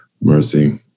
mercy